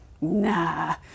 nah